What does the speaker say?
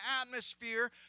atmosphere